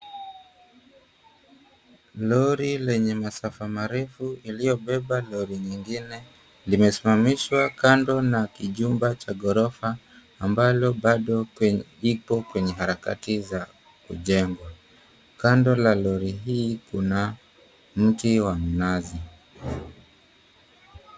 Lori lenye masafa marefu iliyobeba lori nyingine limesimamishwa kando na kijumba cha ghorofa ambalo bado kweny ipo kwenye harakati za kujengwa. Kando na lori hii kuna mti wa nazi.